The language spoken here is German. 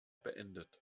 beendet